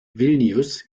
vilnius